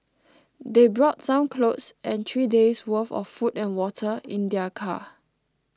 they brought some clothes and three days' worth of food and water in their car